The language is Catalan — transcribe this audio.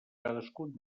cadascun